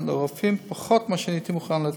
לרופאים פחות ממה שאני הייתי מוכן לתת,